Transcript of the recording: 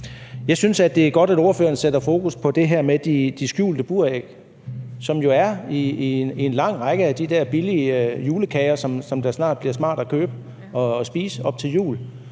Jeg synes, det er godt, at ordføreren sætter fokus på det her med de skjulte buræg, som jo der er i en lang række af de der billige julekager, som det snart bliver smart at købe og spise op til jul.